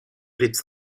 blitz